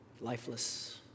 lifeless